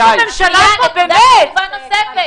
נו, באמת.